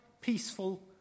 peaceful